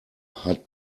hat